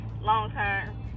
long-term